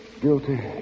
guilty